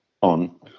on